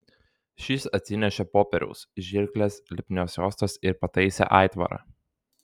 šis atsinešė popieriaus žirkles lipnios juostos ir pataisė aitvarą